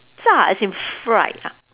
ya as in fried ah